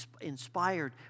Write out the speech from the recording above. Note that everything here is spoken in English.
inspired